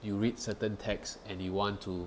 you read certain text and you want to